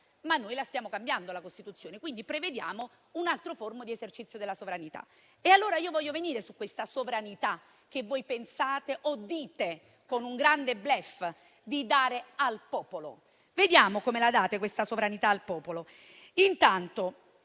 ma noi stiamo cambiando la Costituzione e prevediamo un'altra forma di esercizio della sovranità. Mi voglio allora soffermare su questa sovranità che voi pensate o dite, con un grande *bluff*, di dare al popolo. Vediamo come date questa sovranità al popolo.